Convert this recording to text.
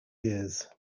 years